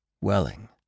Welling